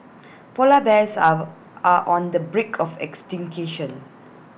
Polar Bears are are on the brink of extinction